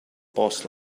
boss